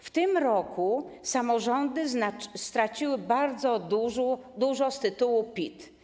W tym roku samorządy straciły bardzo dużo z tytułu PIT.